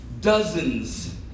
dozens